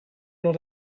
not